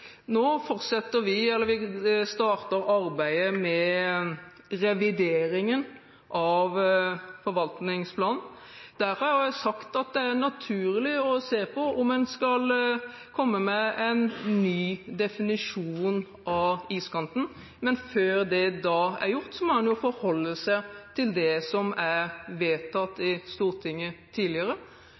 Nå starter vi arbeidet med revideringen av forvaltningsplanen. Jeg har sagt at det er naturlig å se på om en skal komme med en ny definisjon av iskanten, men før det er gjort, må en jo forholde seg til det som er vedtatt i Stortinget tidligere,